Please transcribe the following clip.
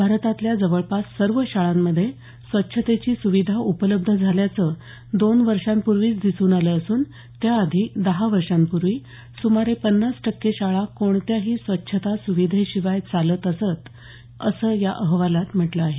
भारतातल्या जवळपास सर्व शाळांमध्ये स्वच्छतेची सुविधा उपलब्ध झाल्याचं दोन वर्षांपूर्वीच दिसून आलं असून त्याआधी दहा वर्षांपूर्वी सुमारे पन्नास टक्के शाळा कोणत्याही स्वच्छता सुविधे शिवाय चालत असत असं या अहवालात म्हटलं आहे